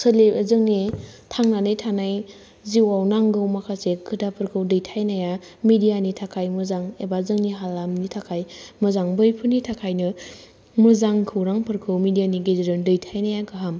जोंनि थांनानै थानाय जिउआव नांगौ माखासे खोथाफोरखौ दैथाइनाया मिडियानि थाखाय मोजां एबा जोंनि हालामनि थाखाय मोजां बैफोरनि थाखायनो मोजां खौरांफोरखौ मिडियानि गेजेरजों दैथाइनाया गाहाम